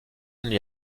lui